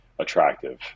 attractive